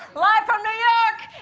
live from new york,